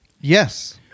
Yes